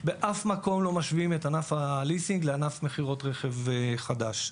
באף מקום לא משווים את ענף הליסינג לענף מכירות רכב חדש.